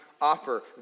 offer